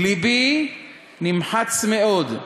"לבי נמחץ מאוד,